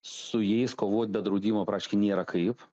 su jais kovot bet draudimo praktiškai nėra kaip